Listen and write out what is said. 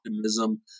optimism